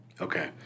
Okay